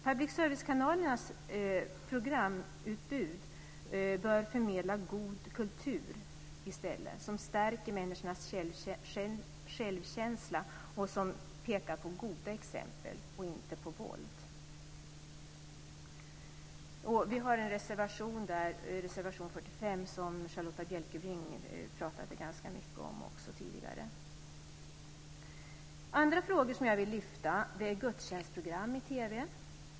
Public service-kanalernas programutbud bör i stället förmedla god kultur som stärker människornas självkänsla och som pekar på goda exempel och inte på våld. Vi har en reservation där - reservation 45 - som Charlotta Bjälkebring pratade ganska mycket om tidigare. En annan fråga som jag vill lyfta är gudstjänstprogram i TV.